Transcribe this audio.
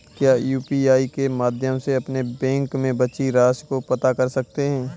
क्या यू.पी.आई के माध्यम से अपने बैंक में बची राशि को पता कर सकते हैं?